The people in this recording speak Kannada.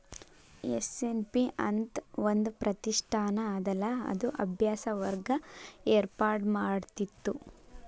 ಎಸ್.ಎನ್.ಪಿ ಅಂತ್ ಒಂದ್ ಪ್ರತಿಷ್ಠಾನ ಅದಲಾ ಅದು ಅಭ್ಯಾಸ ವರ್ಗ ಏರ್ಪಾಡ್ಮಾಡಿತ್ತು